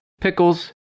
pickles